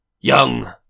Young